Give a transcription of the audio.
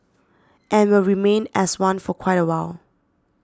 and will remain as one for quite a while